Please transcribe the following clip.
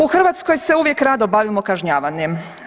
U Hrvatskoj se uvijek rado bavimo kažnjavanjem.